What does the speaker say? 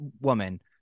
woman